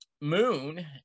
Moon